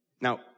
Now